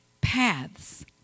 Paths